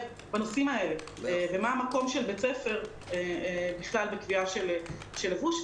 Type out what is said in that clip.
בנושאים האלה ומה המקום של בית הספר בקביעה של לבוש.